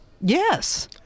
Yes